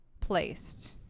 placed